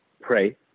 Pray